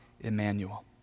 Emmanuel